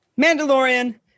*Mandalorian*